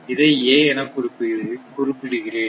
இதை A எனக் குறிப்பிடுகிறேன்